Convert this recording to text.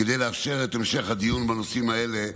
כדי לאפשר את המשך הדיון בנושאים האלה